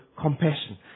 compassion